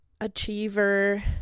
achiever